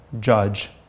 judge